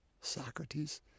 Socrates